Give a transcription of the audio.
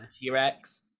T-Rex